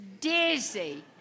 dizzy